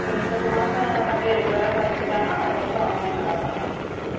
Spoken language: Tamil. ஒரு மூணு மாசம் தம்பியை ரெகுலராக கற்றுக்கிட்டானா அதுக்கப்புறோம் அவனே நல்லா பண்ண ஆரம்பிச்சுடுவான்